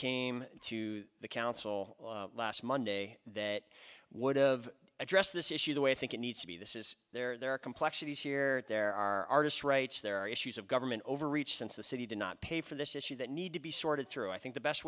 came to the council last monday that would've addressed this issue the way i think it needs to be this is there are complexities here there are artists rights there are issues of government overreach since the city did not pay for this issue that need to be sorted through i think the best